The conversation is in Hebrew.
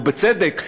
ובצדק,